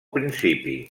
principi